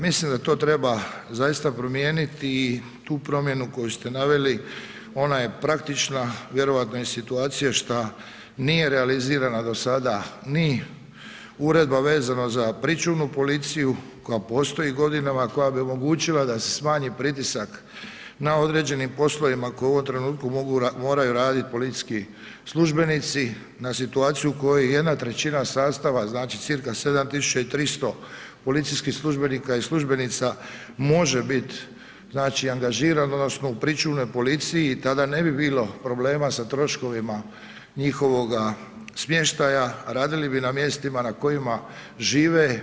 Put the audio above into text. Mislim da to treba zaista promijeniti i tu promjenu koju ste naveli, ona je praktična, vjerojatno iz situacije što nije realizirana do sada ni uredba vezana za pričuvnu policiju, koja postoji godinama, koja bi omogućila da se smanji pritisak na određenim poslovima koji u ovom trenutku moraju raditi policijski službenici na situaciju koju jedna trećina sastava, znači cirka 7300 policijskih službenika i službenica može biti angažirano, odnosno u pričuvnoj policiji, tada ne bi bilo problema sa troškovima njihovoga smještaja, radili bi na mjestima na kojima žive.